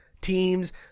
teams